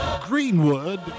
Greenwood